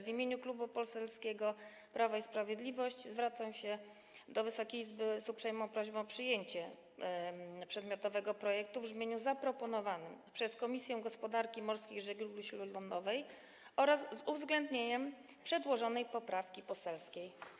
W imieniu Klubu Parlamentarnego Prawo i Sprawiedliwość zwracam się do Wysokiej Izby z uprzejmą prośbą o przyjęcie przedmiotowego projektu w brzmieniu zaproponowanym przez Komisję Gospodarki Morskiej i Żeglugi Śródlądowej oraz uwzględnienie przedłożonej poprawki poselskiej.